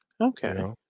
Okay